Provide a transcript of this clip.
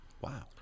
Wow